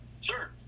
Sure